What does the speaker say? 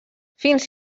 fins